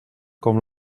com